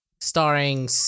Starring